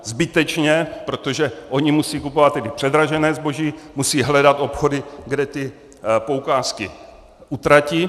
Zbytečně, protože oni musí kupovat předražené zboží, musí hledat obchody, kde poukázky utratí.